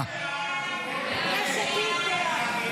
נתקבלו.